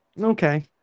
Okay